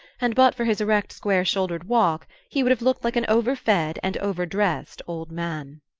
and but for his erect square-shouldered walk he would have looked like an over-fed and over-dressed old man.